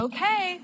Okay